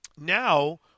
now